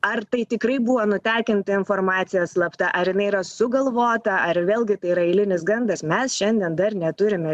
ar tai tikrai buvo nutekinta informacija slapta ar jinai yra sugalvota ar vėlgi tai yra eilinis gandas mes šiandien dar neturime